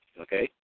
Okay